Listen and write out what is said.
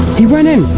he went in!